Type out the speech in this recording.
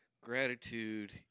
Gratitude